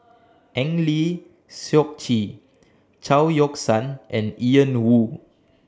Eng Lee Seok Chee Chao Yoke San and Ian Woo